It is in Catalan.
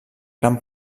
gran